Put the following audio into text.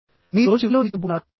మీరు రోజు చివరిలో ఏమి చేయబోతున్నారు